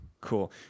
Cool